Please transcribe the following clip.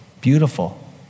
beautiful